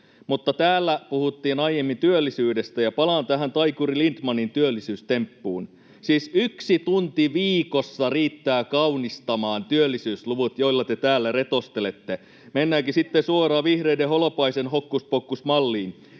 Täällä puhuttiin aiemmin työllisyydestä, ja palaan tähän taikuri Lindtmanin työllisyystemppuun: [Antti Lindtman: No niin!] siis yksi tunti viikossa riittää kaunistamaan työllisyysluvut, joilla te täällä retostelette. Mennäänkin sitten suoraan vihreiden Holopaisen hokkuspokkusmalliin: